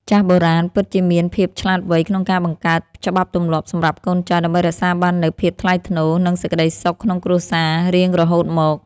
ចាស់បុរាណពិតជាមានភាពឆ្លាតវៃក្នុងការបង្កើតច្បាប់ទម្លាប់សម្រាប់កូនចៅ ដើម្បីរក្សាបាននូវភាពថ្លៃថ្នូរ និងសេចក្តីសុខក្នុងគ្រួសាររៀងរហូតមក។